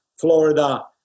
Florida